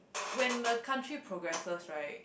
when the country progresses right